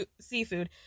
seafood